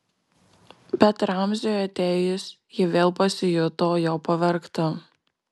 bet ramziui atėjus ji vėl pasijuto jo pavergta